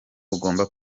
ugomba